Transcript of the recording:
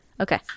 Okay